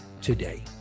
today